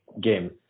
game